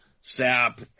SAP